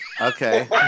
okay